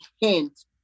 hint